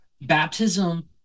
Baptism